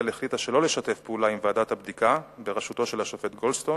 החליטה שלא לשתף פעולה עם ועדת הבדיקה בראשותו של השופט גולדסטון,